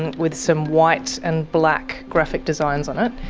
and with some white and black graphic designs on it.